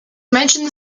mentioned